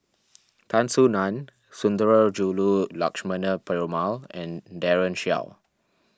Tan Soo Nan Sundarajulu Lakshmana Perumal and Daren Shiau